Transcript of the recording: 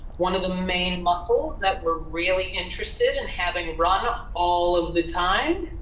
one of the main muscles that we're really interested in having and run ah all of the time